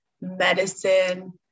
medicine